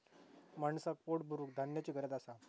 माणसाक पोट भरूक धान्याची गरज असा